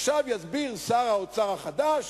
עכשיו יסביר שר האוצר החדש